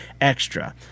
extra